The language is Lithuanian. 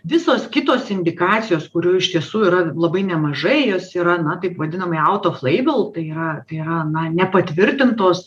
visos kitos indikacijos kurių iš tiesų yra labai nemažai jos yra na taip vadinamai autoflaibl tai yra tai yra na nepatvirtintos